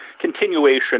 continuation